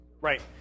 Right